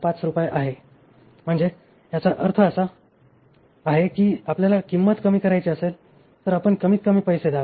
675 रुपये आहे म्हणजे याचा अर्थ असा आहे की आपल्याला किंमत कमी करायची असेल तर आपण कमीतकमी पैसे द्यावे